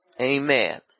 Amen